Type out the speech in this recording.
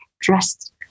dressed